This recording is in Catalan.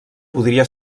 podria